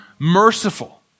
merciful